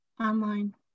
online